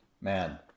Man